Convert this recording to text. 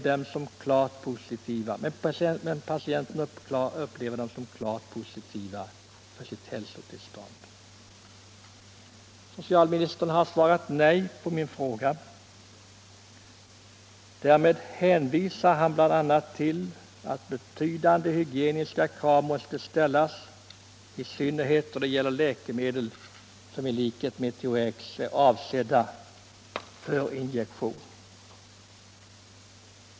De bör kunna tillåtas då patienten upplever dem som klart positiva för sitt hälsotillstånd. Socialministern har emellertid svarat nej på min fråga. Därvid hänvisar han bl.a. till att betydande hygieniska krav måste ställas, i synnerhet då det gäller läkemedel som i likhet med THX är avsedda för injektion.